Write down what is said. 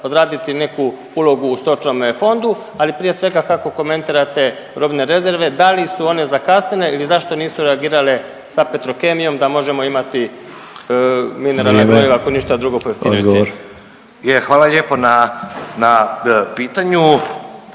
odraditi neku ulogu u stočnome fondu, ali prije svega kako komentirate robne rezerve. Da li su one zakasnile ili zašto nisu reagirale sa Petrokemijom da možemo imati mineralna gnojiva …/Upadica: Vrijeme./… ako ništa